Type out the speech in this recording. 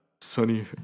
Sunny